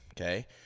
okay